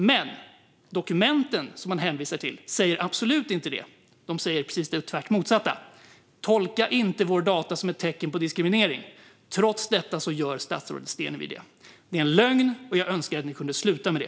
Men de dokument som det hänvisas till säger absolut inte detta utan det precis motsatta: att deras data inte ska tolkas som tecken på diskriminering. Trots det gör statsrådet Stenevi detta. Det är en lögn, och jag önskar att man kunde sluta med det.